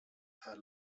herr